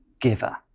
giver